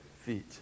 feet